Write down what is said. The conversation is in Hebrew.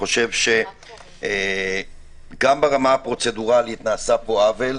גם ברמה הפרוצדורלית נעשה פה עוול.